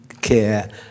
care